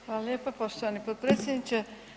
Hvala lijepo poštovani potpredsjedniče.